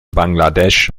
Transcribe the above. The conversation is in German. bangladesch